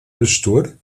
pastor